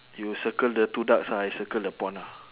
you circle the two ducks ah I circle the pond ah